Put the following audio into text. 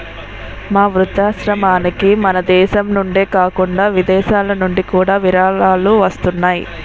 మా వృద్ధాశ్రమానికి మనదేశం నుండే కాకుండా విదేశాలనుండి కూడా విరాళాలు వస్తున్నాయి